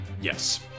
Yes